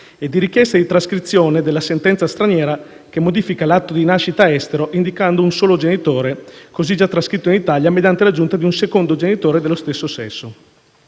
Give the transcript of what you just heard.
e di richiesta di trascrizione della sentenza straniera che modifica l'atto di nascita estero, indicante un solo genitore, così già trascritto in Italia, mediante l'aggiunta di un secondo genitore dello stesso sesso.